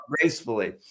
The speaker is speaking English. gracefully